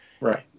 Right